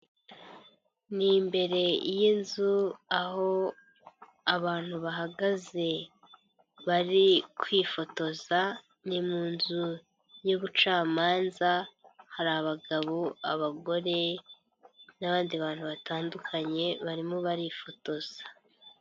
Ni imbere y'inzu aho abantu bahagaze bari kwifotoza, ni mu nzu y'ubucamanza hari abagabo, abagore n'abandi bantu batandukanye barimo barifotoza.